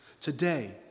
today